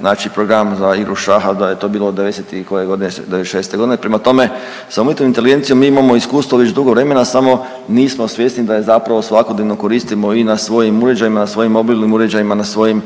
znači program za igru šaha, da je to bio '90. i koje godine, '96. g., prema tome, sa umjetnom inteligencijom mi imamo iskustvo već dugo vremena, samo nismo svjesni da je zapravo svakodnevno koristimo i na svojim uređajima, na svojim mobilnim uređajima, na svojim